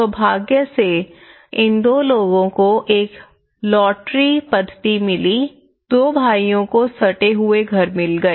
सौभाग्य से इन दो लोगों को एक लॉटरी पद्धति मिली दो भाइयों को सटे हुए घर मिल गए